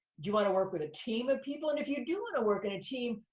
do you wanna work with a team of people, and if you do wanna work in a team,